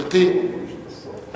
גברתי, בבקשה.